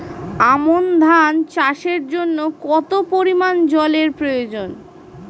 আমন ধান চাষের জন্য কত পরিমান জল এর প্রয়োজন?